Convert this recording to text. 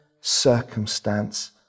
circumstance